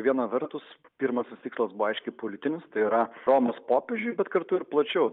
viena vertus pirmasis tikslas buvo aiškiai politinis tai yra romos popiežiui bet kartu ir plačiau